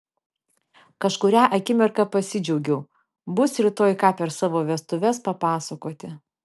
kažkurią akimirką pasidžiaugiau bus rytoj ką per savo vestuves papasakoti